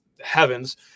heavens